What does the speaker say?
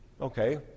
Okay